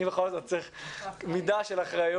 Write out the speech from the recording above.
אני בכל זאת צריך מידה של אחריות.